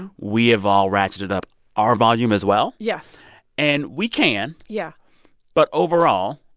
and we have all ratcheted up our volume, as well yes and we can yeah but overall,